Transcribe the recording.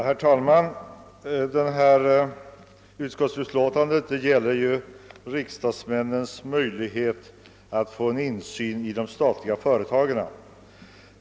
Herr talman! Det utskottsutlåtande som vi nu behandlar gäller riksdagsmännens möjligheter att få insyn i de statliga företagen.